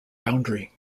boundary